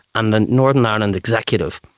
and the northern ireland executive,